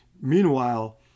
Meanwhile